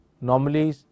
normally